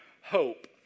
hope